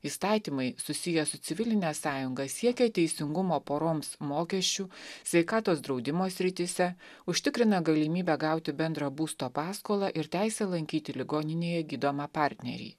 įstatymai susiję su civiline sąjunga siekia teisingumo poroms mokesčių sveikatos draudimo srityse užtikrina galimybę gauti bendrą būsto paskolą ir teisę lankyti ligoninėje gydomą partnerį